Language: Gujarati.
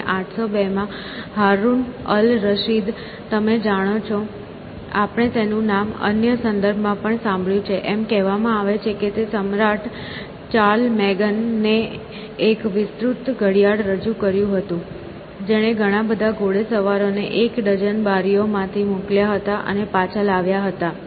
અને 802 માં હાર્ઉન અલ રશીદ તમે જાણો છો આપણે તેમનું નામ અન્ય સંદર્ભમાં પણ સાંભળ્યું છે એમ કહેવામાં આવે છે કે સમ્રાટ ચાર્લમેગન Emperor Charlemagne ને એક વિસ્તૃત ઘડિયાળ રજૂ કર્યું હતું જેણે ઘણા બધા ઘોડેસવારો ને એક ડઝન બારીઓમાંથી મોકલ્યા હતા અને પાછા લાવ્યા હતા